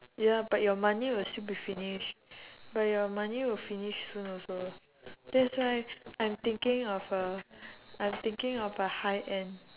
ya but your money will still be finish but your money will finish soon also that's why I'm thinking of uh I'm thinking of uh high end